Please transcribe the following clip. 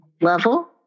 level